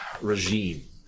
regime